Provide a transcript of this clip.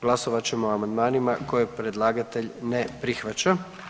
Glasovat ćemo o amandmanima koje predlagatelj ne prihvaća.